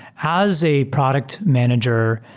as a product manager,